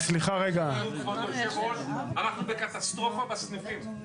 כבוד היו"ר אנחנו בקטסטרופה בסניפים.